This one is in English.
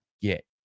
get